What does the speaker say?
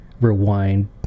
rewind